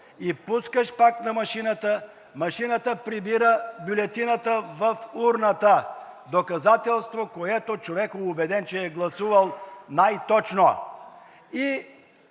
пускаш пак в машината, машината прибира бюлетината в урната – доказателство, с което човекът е убеден, че е гласувал най-точно.